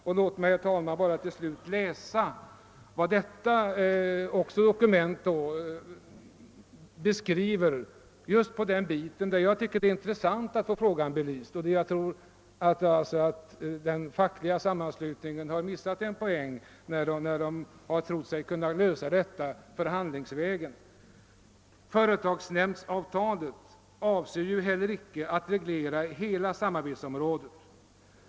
Jag vill, herr talman, till sist citera detta dokument just på den punkt där jag anser att det är intressant att få frågan belyst och där jag tror att den fackliga sammanslutningen har missat en poäng när den trott sig om att kunna lösa frågan förhandlingsvägen: »Företagsnämndsavtalet avser ju heller icke att reglera hela samarbetsområdet.